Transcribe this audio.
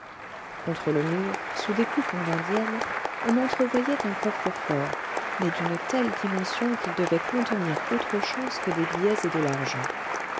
contre le mur sous des coupons d'indienne on entrevoyait un coffre-fort mais d'une telle dimension qu'il devait contenir autre chose que des billets et de l'argent